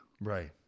Right